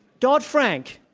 dodd-frank,